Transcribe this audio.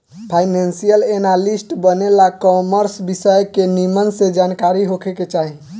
financial analyst बने ला commerce विषय के निमन से जानकारी होखे के चाही